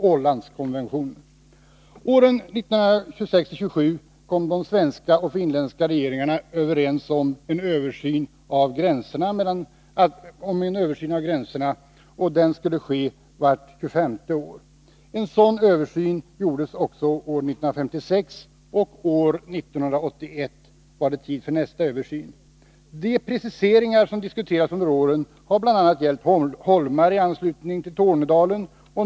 Åren 1926-1927 kom de svenska och finländska regeringarna överens om att en översyn av gränserna skulle göras vart 25 år. En sådan översyn gjordes också år 1956, och år 1981 var det tid för nästa översyn. De preciseringar som diskuterats under åren har bl.a. gällt holmar i anslutning till Tornedalen.